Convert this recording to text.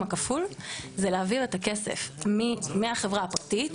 הכפול זה להעביר את הכסף מהחברה הפרטית,